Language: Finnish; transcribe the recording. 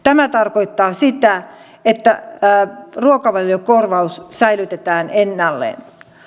tämä tarkoittaa sitä että ruokavaliokorvaus säilytetään ennallaan